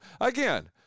Again